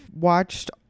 watched